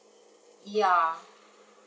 ya